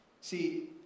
See